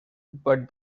but